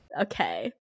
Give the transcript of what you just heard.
okay